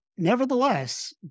Nevertheless